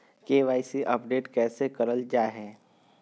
KYC update कैसे करल जाहै?